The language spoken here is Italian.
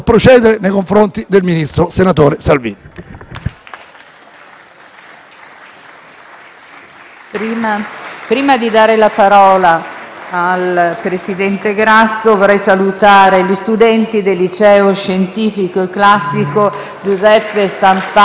Non v'è dubbio che il ministro Salvini abbia deliberatamente operato la scelta di perseguire gli obiettivi del Governo in spregio dei diritti dei 177 naufraghi a bordo della Diciotti: più ministeriale di così!